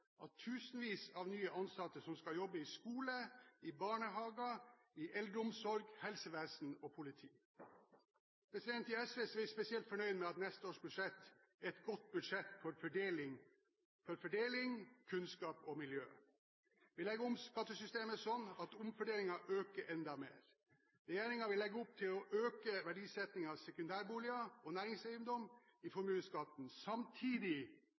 tusenvis av nye ansatte som skal jobbe i skole, i barnehage, i eldreomsorg, helsevesen og politi. I SV er vi spesielt fornøyd med at neste års budsjett er et godt budsjett for fordeling, kunnskap og miljø. Vi legger om skattesystemet sånn at omfordelingen øker enda mer. Regjeringen vil legge opp til å øke verdisetting av sekundærboliger og næringseiendom i formuesskatten, samtidig